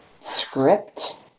script